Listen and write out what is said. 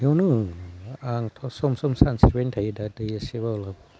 बेयावनो आंथ' सम सम सानस्रिबायानो थायो दा दैया एसेब्लाबो